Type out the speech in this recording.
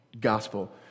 gospel